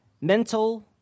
mental